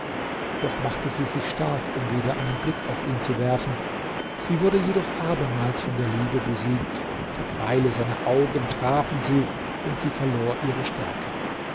doch machte sie sich stark um wieder einen blick auf ihn zu werfen sie wurde jedoch abermals von der liebe besiegt die pfeile seiner augen trafen sie und sie verlor ihre stärke